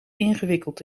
ingewikkeld